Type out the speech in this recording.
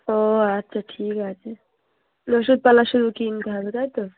ও আচ্ছা ঠিক আছে ওষুধপালা শুধু কিনতে হবে তাই তো